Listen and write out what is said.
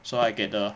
so I get the